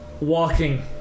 walking